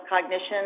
cognition